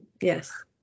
yes